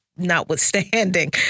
Notwithstanding